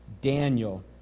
Daniel